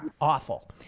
awful